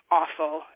awful